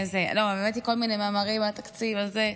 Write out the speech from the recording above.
לא, הבאתי כל מיני מאמרים על תקציב, על זה.